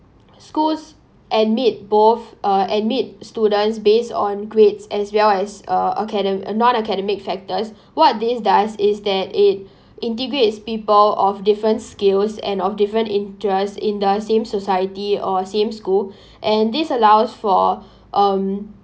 schools admit both uh admit students based on grades as well as uh acade~ non academic factors what this does is that it integrates people of different skills and of different interest in the same society or same school and this allows for um